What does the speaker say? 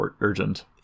urgent